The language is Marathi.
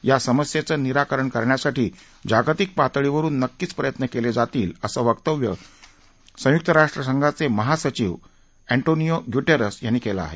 या समस्येचं निराकरण करण्यासाठी जागतिक पातळीवरुन नक्कीच प्रयत्न केले जातील असं वक्तव्य संयुक्त राष्ट्रसंघाचे महासचिव अँटोनियो ग्युटेरस यांनी केलं आहे